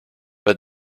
but